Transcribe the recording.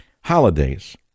Holidays